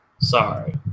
sorry